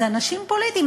זה אנשים פוליטיים.